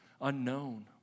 unknown